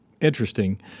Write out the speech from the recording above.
Interesting